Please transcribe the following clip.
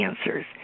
answers